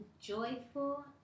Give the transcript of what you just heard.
joyful